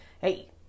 hey